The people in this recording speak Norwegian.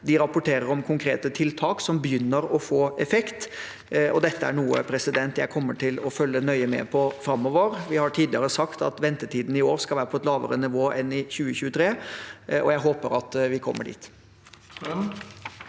De rapporterer om konkrete tiltak som begynner å få effekt. Dette er noe jeg kommer til å følge nøye med på framover. Vi har tidligere sagt at ventetidene i år skal være på et lavere nivå enn i 2023, og jeg håper at vi kommer dit.